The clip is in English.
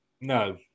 No